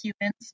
humans